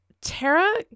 Tara